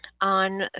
on